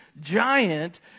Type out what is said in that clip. giant